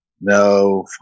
No